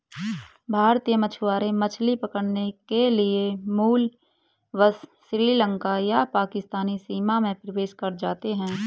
भारतीय मछुआरे मछली पकड़ने के लिए भूलवश श्रीलंका या पाकिस्तानी सीमा में प्रवेश कर जाते हैं